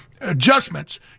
adjustments